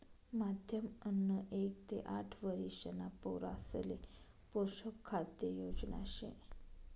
माध्यम अन्न एक ते आठ वरिषणा पोरासले पोषक खाद्य योजना शे